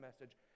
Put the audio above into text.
message